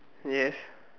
yes